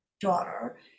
daughter